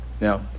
Now